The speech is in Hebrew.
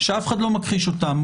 שאף אחד לא מכחיש אותם,